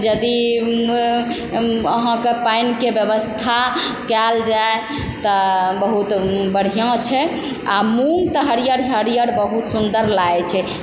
यदि अहाँके पानिके व्यवस्था कयल जाइ तऽ बहुत बढ़िआँ छै आओर मूँग तऽ हरियर हरियर बहुत सुन्दर लागय छै